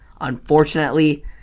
Unfortunately